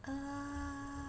err